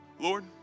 Lord